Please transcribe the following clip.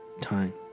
time